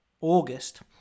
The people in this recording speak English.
august